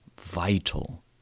vital